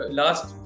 last